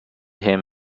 him